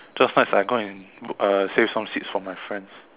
just nice I go and uh save some seats for my friends